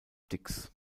dix